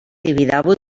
tibidabo